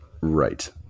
Right